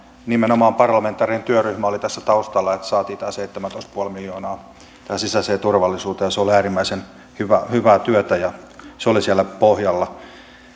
nimenomaan parlamentaarinen työryhmä oli tässä taustalla että saatiin tämä seitsemäntoista pilkku viisi miljoonaa tähän sisäiseen turvallisuuteen ja se oli äärimmäisen hyvää työtä ja se oli siellä pohjalla